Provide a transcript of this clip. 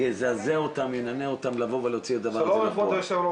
יזעזע אותם, ינענע אותם להוציא את הדבר הזה לפועל.